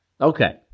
Okay